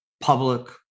public